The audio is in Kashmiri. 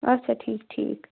اچھا ٹھیٖک ٹھیٖک